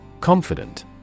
Confident